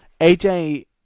AJ